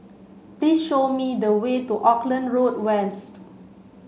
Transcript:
please show me the way to Auckland Road West